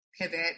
pivot